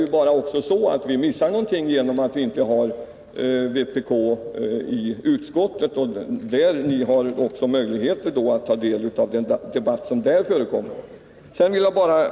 Det är också så att vi missar någonting genom att vi inte har någon vpk-representation i utskottet, då ni i så fall hade haft möjlighet att ta del av den debatt som förekommer där.